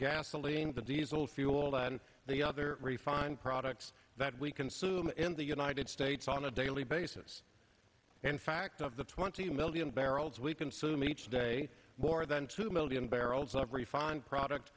gasoline the diesel fuel than the other refined products that we consume in the united states on a daily basis in fact of the twenty million barrels we consume each day more than two million barrels of refined product